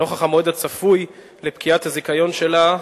נוכח המועד הצפוי לפקיעת הזיכיון שלה,